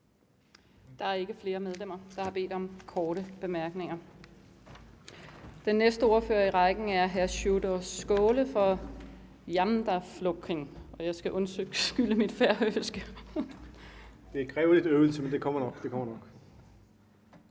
Der er ikke flere medlemmer, der har bedt om korte bemærkninger. Den næste ordfører i rækken er hr. Sjúrður Skaale fra Javnaðarflokkurin. Og jeg skal undskylde mit færøske. Kl. 16:07 (Ordfører) Sjúrður Skaale (JF): Det kræver lidt øvelse, men det kommer nok,